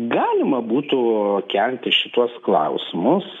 galima būtų kelti šituos klausimus